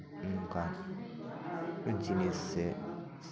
ᱚᱱᱠᱟ ᱡᱤᱱᱤᱥ ᱥᱮ